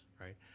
right